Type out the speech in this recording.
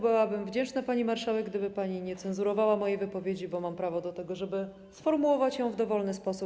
Byłabym wdzięczna, pani marszałek, gdyby pani nie cenzurowała mojej wypowiedzi, bo mam prawo do tego, żeby sformułować ją w dowolny sposób.